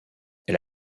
elle